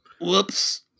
Whoops